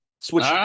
Switch